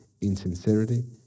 insincerity